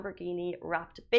Lamborghini-wrapped